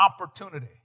opportunity